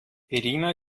irina